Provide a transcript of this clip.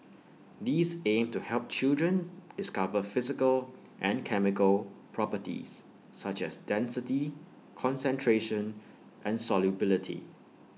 these aim to help children discover physical and chemical properties such as density concentration and solubility